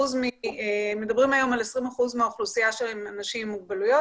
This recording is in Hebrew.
מדברים על 20% מהאוכלוסייה שהם אנשים עם מוגבלויות,